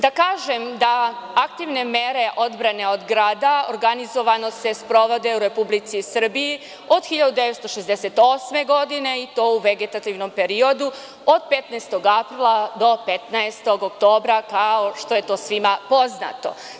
Da kažem da aktivne mere odbrane od grada organizovano se sprovode u Republici Srbiji od 1968. godine i to u vegetativnom periodu od 15. aprila do 15. oktobra kao što je to svima poznato.